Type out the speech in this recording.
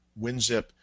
WinZip